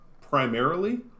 primarily